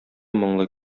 моңлы